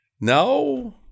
no